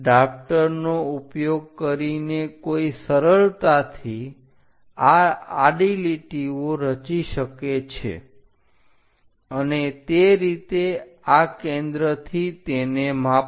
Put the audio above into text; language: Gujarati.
ડ્રાફ્ટર નો ઉપયોગ કરીને કોઈ સરળતાથી આ આડી લીટીઓ રચી શકે છે અને તે રીતે આ કેન્દ્રથી તેને માપો